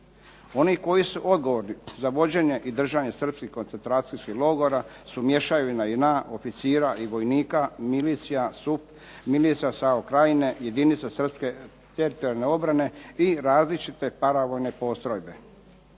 Oni koji su odgovorni za vođenje i držanje srpskih koncentracijskih logora su mješavina JNA, oficira, vojnika, milicija, SUP, milicija SAO krajine, jedinice srpske teritorijalne obrane i različite paravojne postrojbe.